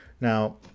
Now